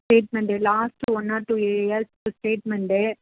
statement last one or two years statement